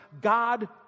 God